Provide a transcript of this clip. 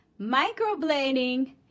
microblading